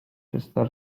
czyste